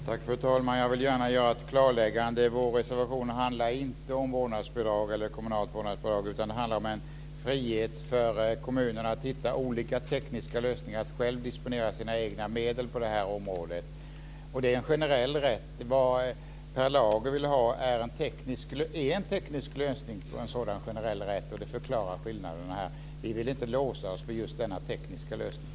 Fru talman! Jag vill gärna göra ett klarläggande. Vår reservation handlar inte om vårdnadsbidrag eller om kommunalt vårdnadsbidrag, utan det handlar om en frihet för kommunerna att hitta olika tekniska lösningar för att själva kunna disponera sina egna medel på detta område, och det är en generell rätt. Vad Per Lager vill ha är en teknisk lösning på en sådan generell rätt, och det förklarar skillnaden. Vi vill inte låsa oss vid just denna tekniska lösning.